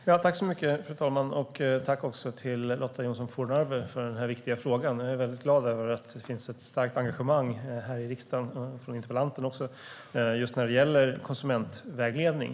Fru talman! Tack, Lotta Johnsson Fornarve, för den här viktiga frågan! Jag är väldigt glad över att det finns ett starkt engagemang här i riksdagen och från interpellanten när det gäller just konsumentvägledning.